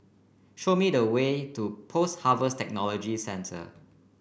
show me the way to Post Harvest Technology Centre